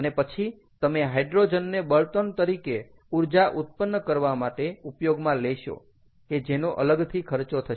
અને પછી તમે હાઇડ્રોજનને બળતણ તરીકે ઊર્જા ઉત્પન્ન કરવા માટે ઉપયોગમાં લેશો કે જેનો અલગથી ખર્ચો થશે